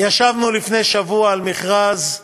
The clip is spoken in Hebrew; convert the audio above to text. ישבנו לפני שבוע על מכרז,